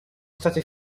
state